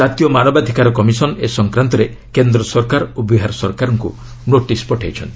ଜାତୀୟ ମାନବାଧିକାର କମିଶନ ଏସଂକ୍ରାନ୍ତରେ କେନ୍ଦ୍ର ସରକାର ଓ ବିହାର ସରକାରଙ୍କୁ ନୋଟିସ୍ ପଠାଇଛନ୍ତି